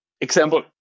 example